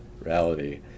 reality